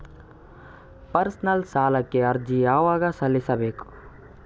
Personal ಸಾಲಕ್ಕೆ ಅರ್ಜಿ ಯವಾಗ ಸಲ್ಲಿಸಬೇಕು?